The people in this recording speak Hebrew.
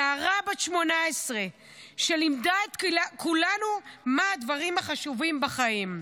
נערה בת 18 שלימדה את כולנו מה הדברים החשובים בחיים.